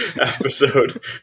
episode